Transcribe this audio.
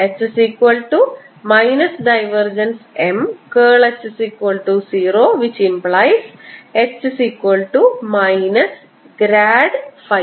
M H0H M 2M